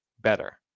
better